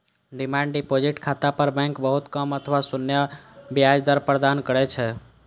demand deposit खाता पर bank बहुत कम अथवा शून्य ब्याज दर प्रदान करै छै